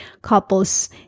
Couples